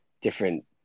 different